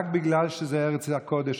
רק בגלל שזה ארץ הקודש,